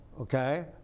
Okay